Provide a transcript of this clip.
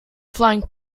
flying